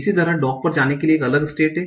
इसी तरह डॉग पर जाने के लिए एक अलग स्टेट है